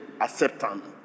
acceptance